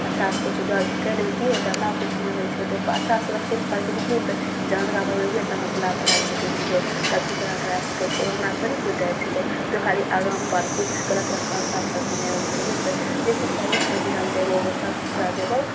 अच्छासे किछु जॉब भी करि लेबही तऽ कि होतै हमरा ओ किछु नहि होइ छै ओतेक अच्छासे सुरक्षितसे पढ़बही लिखबही ने तऽ जहाँ तक ले पढ़बही हुए ने तहाँ तक ले पढ़ै सकै छिऔ सबचीज तोरा करै सकै छिऔ ओहिमे हमरा थोड़े किछु जाइ छिकै तू खाली आगाँ पढ़ किछु गलत रस्ता उस्तापर सबचीज नहि ओन्ने चलबही ने तऽ जे चीज कहबही ने से चीज हम देबौ उबौ सबचीज तोरा देबौ